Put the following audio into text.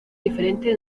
diferentes